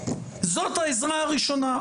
זאת העזרה הראשונה.